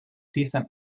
decent